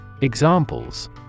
Examples